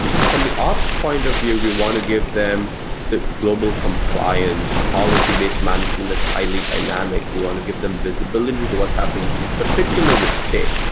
so from the ops point of view, we want to give them the global compliance, policy-based management that's highly dynamic. we want to give them visibility to what's happening in particular with state.